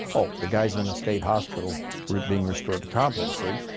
oh, the guys in the state hospital were being restored to competency,